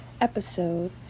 episode